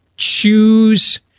choose